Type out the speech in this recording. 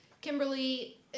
Kimberly